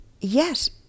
yes